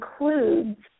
includes